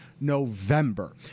November